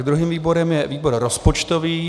Druhým výborem je výbor rozpočtový.